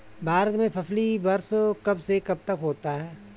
भारत में फसली वर्ष कब से कब तक होता है?